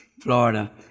Florida